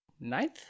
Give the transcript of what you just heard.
Ninth